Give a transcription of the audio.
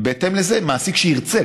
ובהתאם לזה מעסיק שירצה,